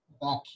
back